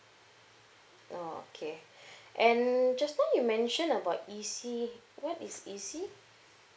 oh okay and just now you mentioned about E_C what is E_C